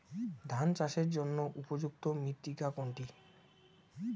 ধান চাষের জন্য উপযুক্ত মৃত্তিকা কোনটি?